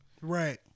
Right